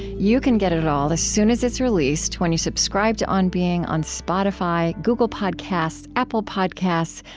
you can get it it all as soon as it's released when you subscribe to on being on spotify, google podcasts, apple podcasts,